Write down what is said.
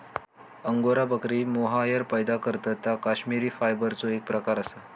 angora बकरी mohair पैदा करतत ता कश्मिरी फायबरचो एक प्रकार असा